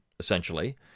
essentially